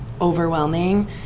overwhelming